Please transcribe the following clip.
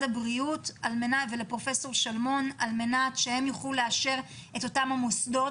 הבריאות ולפרופ' שלמון על מנת שיוכלו לאשר את אותם המוסדות.